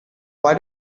why